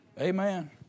Amen